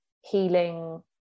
healing